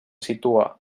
situa